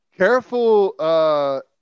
Careful